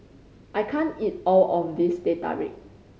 I can't eat all of this Teh Tarik